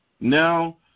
Now